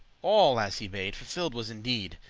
all, as he bade, fulfilled was in deed.